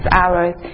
hours